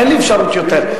אין לי אפשרות יותר.